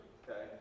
okay